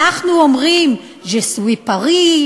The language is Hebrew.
אנחנו אומרים: Je suis Paris,